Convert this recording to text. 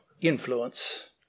influence